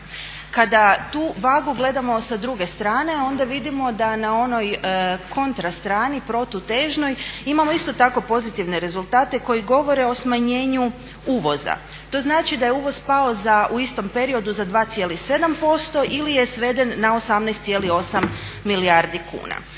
Kada tu vagu gledamo sa druge strane, onda vidimo da na onoj kontra strani protutežnoj imamo isto tako pozitivne rezultate koji govore o smanjenju uvoza. To znači da je uvoz pao za u istom periodu za 2,7% ili je sveden na 18,8 milijardi kuna.